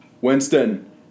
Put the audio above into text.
Winston